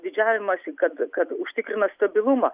didžiavimąsi kad kad užtikrina stabilumą